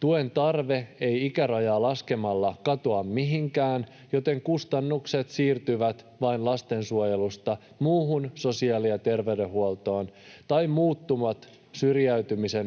Tuen tarve ei ikärajaa laskemalla katoa mihinkään, joten kustannukset siirtyvät vain lastensuojelusta muuhun sosiaali- ja terveydenhuoltoon tai muuttuvat syrjäytymisen